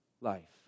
life